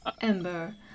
Ember